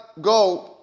go